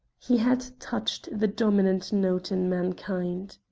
he had touched the dominant note in mankind.